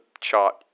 chart